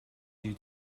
due